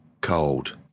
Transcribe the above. cold